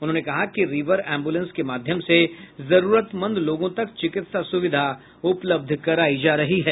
उन्होंने कहा कि रिवर एम्बुलेंस के माध्यम से जरूरतमंद लोगों तक चिकित्सा सुविधा उपलब्ध करायी जा रही है